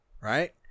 right